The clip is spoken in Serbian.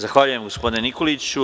Zahvaljujem gospodine Nikoliću.